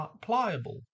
pliable